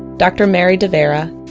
dr. mary de vera,